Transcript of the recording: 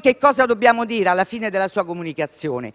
Che cosa dovremo dire alla fine delle sue comunicazioni?